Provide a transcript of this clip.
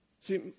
See